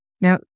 Now